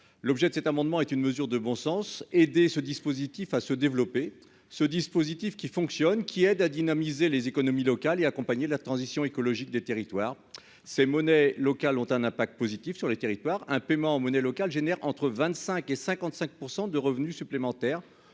l'objet de cet amendement est une mesure de bon sens, aider ce dispositif à se développer, ce dispositif qui fonctionne, qui aide à dynamiser les économies locales et accompagner la transition écologique des territoires ces monnaies locales ont un impact positif sur le territoire un paiement en monnaie locale génère entre 25 et 55 % de revenus supplémentaires